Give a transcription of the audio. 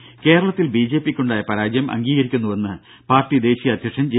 രുഭ കേരളത്തിൽ ബിജെപിക്കുണ്ടായ പരാജയം അംഗീകരിക്കുന്നുവെന്ന് പാർട്ടി ദേശീയ അധ്യക്ഷൻ ജെ